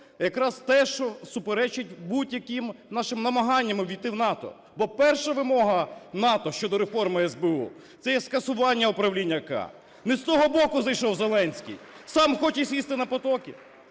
якраз те, що суперечить будь-яким нашим намаганням увійти в НАТО. Бо перша вимога НАТО щодо реформи СБУ – це є скасування управління "К". Не з того боку зайшов Зеленський. Сам хоче сісти на потоки?